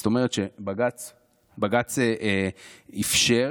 זאת אומרת בג"ץ אפשר